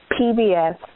PBS